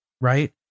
right